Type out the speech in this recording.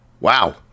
Wow